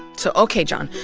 so ok, john,